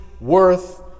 worth